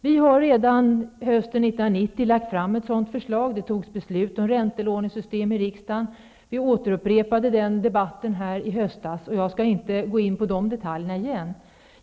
Vi lade redan på hösten 1990 fram ett sådant förslag -- det fattades då beslut om räntelånesystem i riksdagen. Vi upprepade den debatten här i höstas, och jag skall inte gå in på detaljerna i den igen.